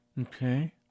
okay